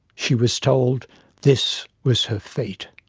she was told this was her fate.